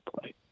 play